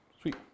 Sweet